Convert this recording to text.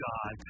God